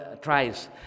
tries